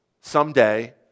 someday